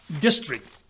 district